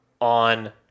on